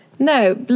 No